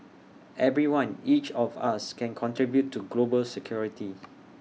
everyone each of us can contribute to global security